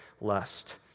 lust